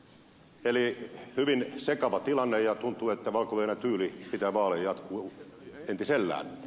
eli on hyvin sekava tilanne ja tuntuu että valko venäjän tyyli pitää vaaleja jatkuu entisellään